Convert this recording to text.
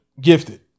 Gifted